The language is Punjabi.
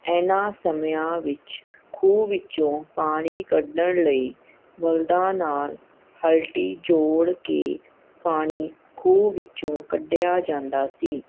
ਇਹਨਾਂ ਸਮਿਆਂ ਵਿੱਚ ਖੂਹ ਵਿੱਚੋਂ ਪਾਣੀ ਕੱਢਣ ਲਈ ਬਲਦਾਂ ਨਾਲ਼ ਹਲਟੀ ਜੋੜ ਕੇ ਪਾਣੀ ਖੂਹ ਵਿੱਚੋਂ ਕੱਢਿਆ ਜਾਂਦਾ ਸੀ